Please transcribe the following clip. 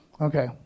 Okay